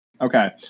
Okay